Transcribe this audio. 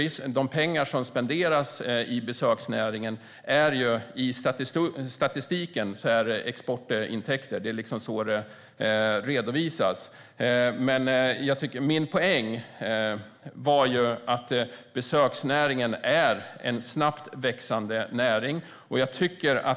De pengar som spenderas i besöksnäringen redovisas i statistiken som exportintäkter. Min poäng var att besöksnäringen är en snabbt växande näring.